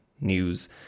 news